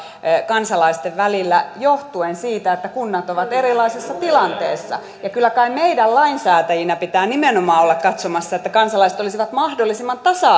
kansalaisten välillä johtuen siitä että kunnat ovat erilaisessa tilanteessa kyllä kai meidän lainsäätäjinä pitää nimenomaan olla katsomassa että kansalaiset olisivat mahdollisimman tasa